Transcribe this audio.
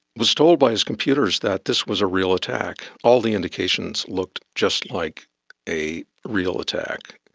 was told by his computers that this was a real attack. all the indications looked just like a real attack.